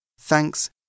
Thanks